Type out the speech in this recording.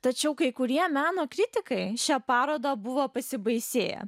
tačiau kai kurie meno kritikai šią parodą buvo pasibaisėję